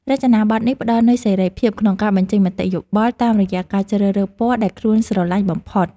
រចនាប័ទ្មនេះផ្តល់នូវសេរីភាពក្នុងការបញ្ចេញមតិយោបល់តាមរយៈការជ្រើសរើសពណ៌ដែលខ្លួនស្រឡាញ់បំផុត។